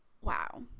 wow